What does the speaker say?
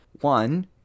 one